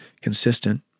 consistent